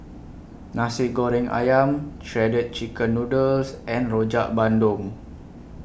Nasi Goreng Ayam Shredded Chicken Noodles and Rojak Bandung